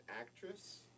actress